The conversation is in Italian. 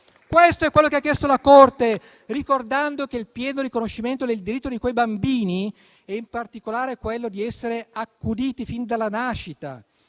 Questo è quello che ha chiesto la Corte, ricordando che il pieno riconoscimento del diritto di quei bambini è, in particolare, quello di essere accuditi fin dalla nascita